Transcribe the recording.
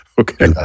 Okay